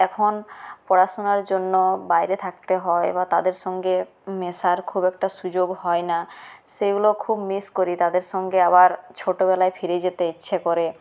এখন পড়াশুনার জন্য বাইরে থাকতে হয় বা তাদের সঙ্গে মেশার খুব একটা সুযোগ হয় না সেগুলো খুব মিস করি তাদের সঙ্গে আবার ছোটোবেলায় ফিরে যেতে ইচ্ছে করে